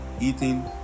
eating